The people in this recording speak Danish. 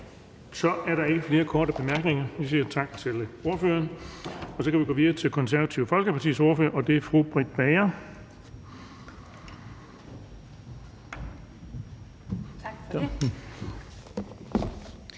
Der er ikke nogen korte bemærkninger. Vi siger tak til ordføreren, og vi går videre til Det Konservative Folkepartis ordfører, og det er fru Britt Bager. Kl.